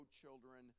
children